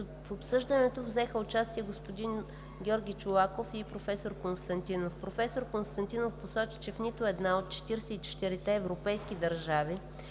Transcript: В обсъждането взеха участие господин Георги Чолаков и професор Константинов. Професор Константинов посочи, че в нито една от 44-те европейски държави